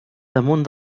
damunt